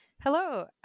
Hello